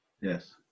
yes